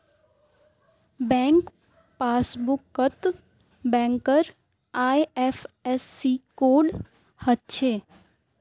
bank पासबुकत बैंकेर IFSC code हछे